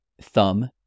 thumb